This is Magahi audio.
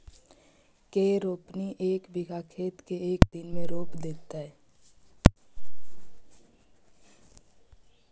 के रोपनी एक बिघा खेत के एक दिन में रोप देतै?